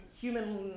human